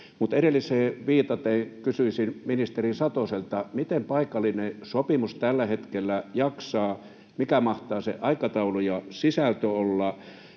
edelliseen viitaten kysyisin ministeri Satoselta: Miten paikallinen sopiminen tällä hetkellä jaksaa? Mikä mahtaa sen aikataulu ja sisältö olla?